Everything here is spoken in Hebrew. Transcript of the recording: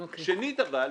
אבל שנית,